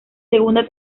segunda